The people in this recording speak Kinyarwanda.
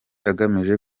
agamije